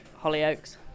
Hollyoaks